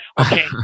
Okay